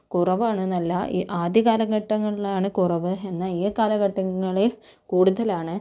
കുറവാണ് എന്നല്ല ആദ്യ കാലഘട്ടങ്ങളിലാണ് കുറവ് എന്നാൽ ഈ കാലഘട്ടങ്ങളിൽ കൂടുതലാണ്